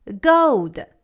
gold